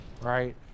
right